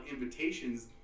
invitations